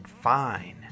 Fine